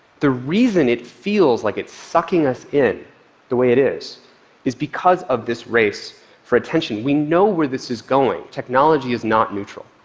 the reason it feels like it's sucking us in the way it is is because of this race for attention. we know where this is going. technology is not neutral,